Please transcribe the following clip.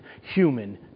human